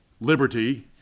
liberty